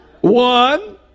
One